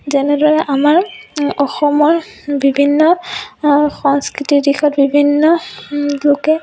যেনেদৰে আমাৰ অসমৰ বিভিন্ন সংস্কৃতিৰ দিশত বিভিন্ন লোকে